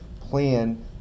plan